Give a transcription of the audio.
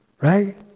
right